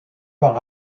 par